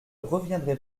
reviendrai